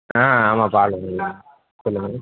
ஆ ஆமா பால் வண்டி தான் சொல்லுங்கள்